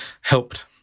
helped